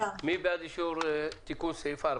מי בעד תיקון סעיף 4?